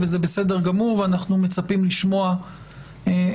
זה בסדר גמור ואנחנו מצפים לשמוע עדכונים.